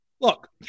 Look